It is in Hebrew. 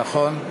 נכון.